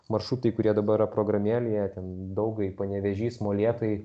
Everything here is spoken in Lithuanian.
maršrutai kurie dabar yra programėlėje ten daugai panevėžys molėtai